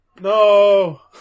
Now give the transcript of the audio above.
No